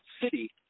city